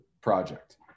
project